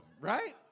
right